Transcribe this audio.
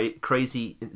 crazy